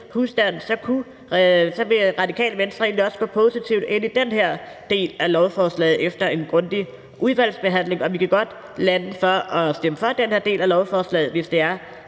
vil Det Radikale Venstre egentlig også gå positivt ind i den her del af lovforslaget efter en grundig udvalgsbehandling, og vi kan ende med at stemme for den her del af lovforslaget, hvis det